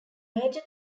major